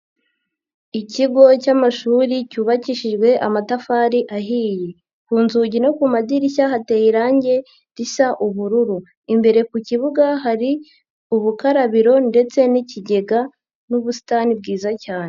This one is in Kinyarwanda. Ikigo cy'amashuri cyubakishijwe amatafari ahiye, ku nzugi no ku madirishya hateye irangi risa ubururu, imbere ku kibuga hari ubukarabiro ndetse n'ikigega n'ubusitani bwiza cyane.